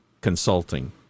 consulting